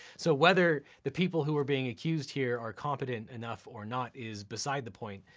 so whether the people who are being accused here are competent enough or not is beside the point,